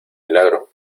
milagro